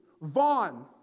Vaughn